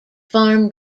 farm